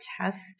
test